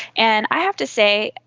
and i have to say,